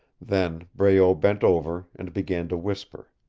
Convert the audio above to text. then breault bent over and began to whisper.